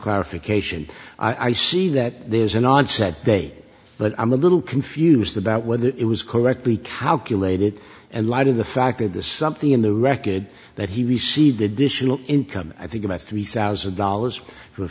clarification i see that there's an onset date but i'm a little confused about whether it was correctly calculated and light of the fact of the something in the record that he received additional income i think about three thousand dollars for a